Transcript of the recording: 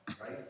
right